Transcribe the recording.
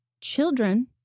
children